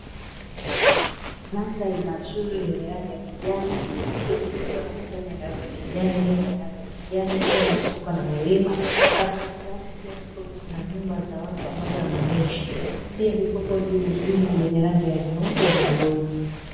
Mandhari mazuri yenye rangi ya kijani huku kukiwa na majani yenye rangi ya kijani, miti ya rangi ya kijani, ikiwa imezungukwa na milima, katikati yake pia kukiwepo kuna nyumba za watu ambazo wanaishi pia kukiwepo juu wingu lenye rangi nyeupe na bluu.